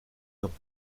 dents